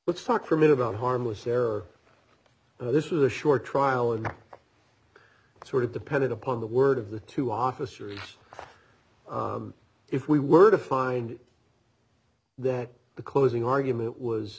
let's talk for me about harmless error this is a short trial and sort of depended upon the word of the two officers if we were to find that the closing argument was